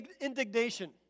indignation